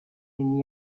and